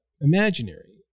imaginary